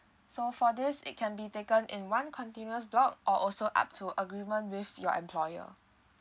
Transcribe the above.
so for this it can be taken in one continuous block or also up to agreement with your employer